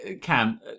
Cam